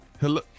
Hello